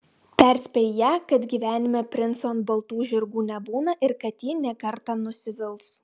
perspėji ją kad gyvenime princų ant baltų žirgų nebūna ir kad ji ne kartą nusivils